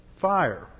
fire